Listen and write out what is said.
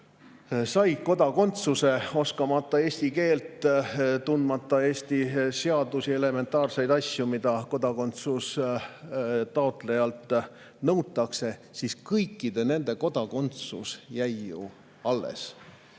said kodakondsuse, oskamata eesti keelt ning tundmata Eesti seadusi ja elementaarseid asju, mida kodakondsuse taotlejalt nõutakse, nende kodakondsus jäi ju alles.